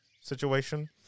situation